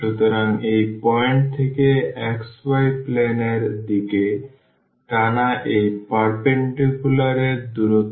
সুতরাং এই পয়েন্ট থেকে xy প্লেন এর দিকে টানা এই পারপেন্ডিকুলার এর দূরত্ব